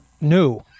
new